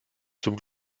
zum